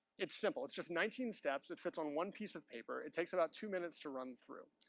it's simple. it's just nineteen steps that fits on one piece of paper. it takes about two minutes to run through.